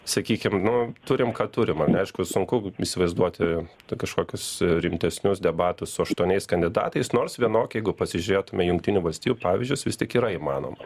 sakykim nu turim ką turim man aišku sunku įsivaizduoti ten kažkokius rimtesnius debatus su aštuoniais kandidatais nors vienok jeigu pasižiūrėtume jungtinių valstijų pavyzdžius vis tik yra įmanoma